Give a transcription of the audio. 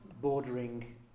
bordering